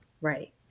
Right